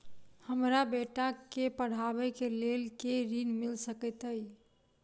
हमरा बेटा केँ पढ़ाबै केँ लेल केँ ऋण मिल सकैत अई?